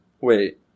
Wait